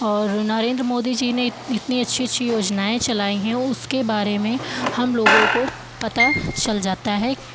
और नरेंद्र मोदी जी ने इतनी अच्छी अच्छी योजनाएं चलाई हैं उसके बारे में हम लोगों को पता चल जाता है